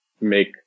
make